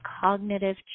cognitive